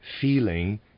feeling